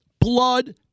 blood